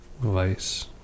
Vice